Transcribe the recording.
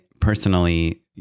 personally